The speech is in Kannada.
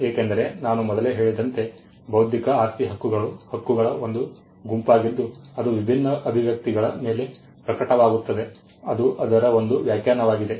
ಏಕೆಂದರೆ ನಾನು ಮೊದಲೇ ಹೇಳಿದಂತೆ ಬೌದ್ಧಿಕ ಆಸ್ತಿ ಹಕ್ಕುಗಳು ಹಕ್ಕುಗಳ ಒಂದು ಗುಂಪಾಗಿದ್ದು ಅದು ವಿಭಿನ್ನ ಅಭಿವ್ಯಕ್ತಿಗಳ ಮೇಲೆ ಪ್ರಕಟವಾಗುತ್ತದೆ ಅದು ಅದರ ಒಂದು ವ್ಯಾಖ್ಯಾನವಾಗಿದೆ